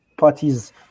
Parties